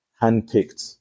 hand-picked